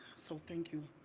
so thank you.